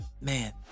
man